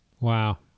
Wow